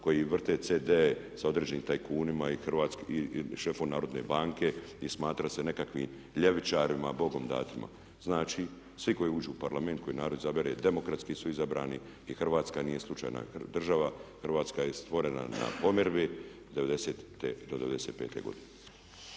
koji vrte cd-e sa određenim tajkunima i šefu Narodne banke i smatra se nekakvim ljevičarima bogom danima. Znači svi koji uđu u Parlament koji narod izabere, demokratski su izabrani i Hrvatska nije slučajna država. Hrvatska je stvorena na pomirbi 90.-te i 95.-te godine